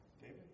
David